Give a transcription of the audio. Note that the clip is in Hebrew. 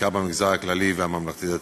ובעיקר במגזר הכללי והממלכתי-דתי.